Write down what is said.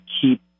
keep